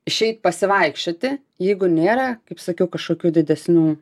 išeit pasivaikščioti jeigu nėra kaip sakiau kažkokių didesnių